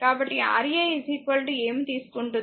కాబట్టి ఏమి తీసుకుంటుంది